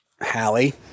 Hallie